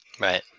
Right